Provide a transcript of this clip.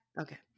Okay